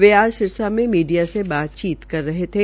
वे आज सिरसा में मीडिया से बातचीत कर रहे थे